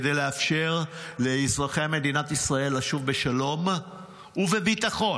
כדי לאפשר לאזרחי מדינת ישראל לשוב בשלום ובביטחון